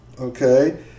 Okay